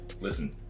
Listen